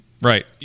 Right